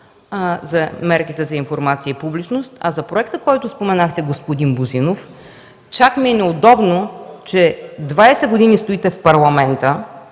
за мерките за информация и публичност. А за проекта, който споменахте, господин Божинов, чак ми е неудобно, че 20 години стоите в Парламента